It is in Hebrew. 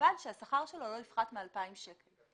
ובלבד שהשכר שלו לא יפחת מ-2,000 שקל.